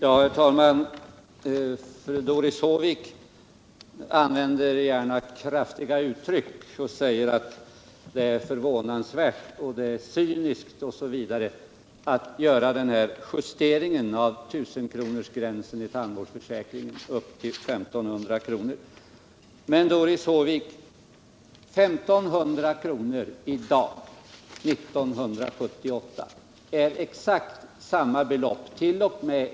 Herr talman! Fru Doris Håvik använder gärna kraftiga uttryck som att det är ”förvånansvärt”, ”cyniskt”, osv. att göra justeringen av 1 000-kronorsgränsen i tandvårdsförsäkringen upp till I 500 kr. Men, Doris Håvik, 1 500 kr. år 1978 ärt.o.m.